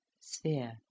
Sphere